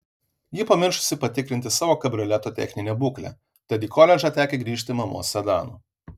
ji pamiršusi patikrinti savo kabrioleto techninę būklę tad į koledžą tekę grįžti mamos sedanu